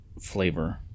flavor